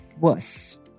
worse